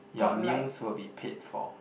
your meals will be paid for